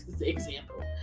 example